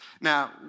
Now